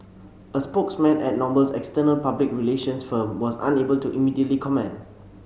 a spokesman at Noble's external public relations firm was unable to immediately comment